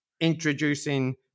introducing